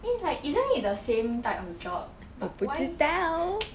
I mean like isn't it the same type of job but why